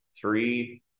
three